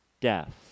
death